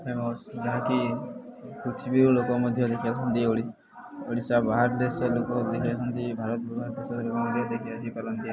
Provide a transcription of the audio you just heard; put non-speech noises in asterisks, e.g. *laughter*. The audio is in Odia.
ଫେମସ୍ ଯାହାକି ପୃଥିବୀର ଲୋକ ମଧ୍ୟ ଦେଖିବାକୁ *unintelligible* ଓଡ଼ିଶା ବାହାର ଦେଶର ଲୋକ ଦେଖି ଆସନ୍ତି ଭାରତ ବାହାର ଦେଶ ଲୋକ ମଧ୍ୟ ଦେଖି ଆସିପାରନ୍ତି